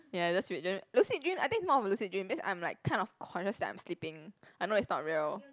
ya that's a weird dream lucid dream I think it's more of lucid dream because I'm like kind of conscious that I'm sleeping I know it's not real